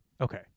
Okay